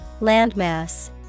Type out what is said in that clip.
Landmass